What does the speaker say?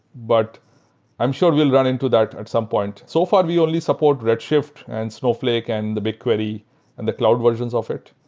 but i'm sure we'll run into that at some point. so far we only support red shift and snowflake and the bitquery and the cloud versions of it.